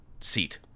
seat